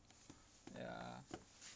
ya